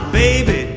baby